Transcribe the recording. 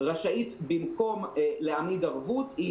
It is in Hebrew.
במקום להעמיד ערבות,